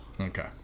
Okay